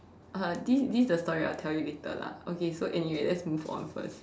this this is a story I'll tell you later lah okay so anyway let's move on first